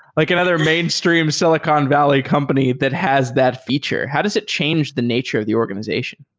like another mainstream silicon valley company that has that feature. how does it change the nature of the organization?